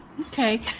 Okay